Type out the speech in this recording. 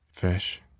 fish